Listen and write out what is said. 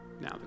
Now